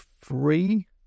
free